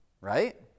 right